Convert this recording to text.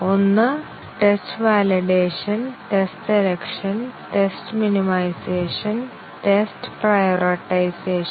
ഒന്ന് test validation test selection test minimisation test prioritisation